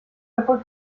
erfolg